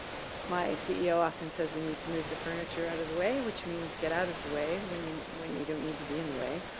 my ceo often says we need to move the furniture out of the way. which means get out of the way when you when you don't need to be in the way.